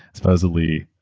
supposedly,